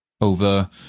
over